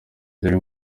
byari